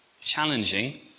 challenging